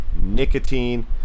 Nicotine